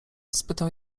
spytał